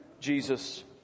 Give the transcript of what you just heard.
Jesus